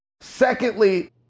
Secondly